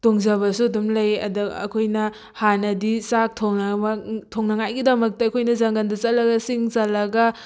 ꯇꯣꯡꯖꯕꯁꯨ ꯑꯗꯨꯝ ꯂꯩ ꯑꯗ ꯑꯩꯈꯣꯏꯅ ꯍꯥꯟꯅꯗꯤ ꯆꯥꯛ ꯊꯣꯡꯅꯕ ꯊꯣꯡꯅꯉꯥꯏꯒꯤꯗꯃꯛꯇ ꯑꯩꯈꯣꯏꯅ ꯖꯪꯒꯜꯗ ꯆꯠꯂꯒ ꯁꯤꯡ ꯆꯜꯂꯒ